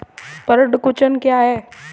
पर्ण कुंचन क्या है?